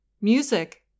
music